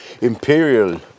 imperial